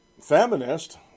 feminist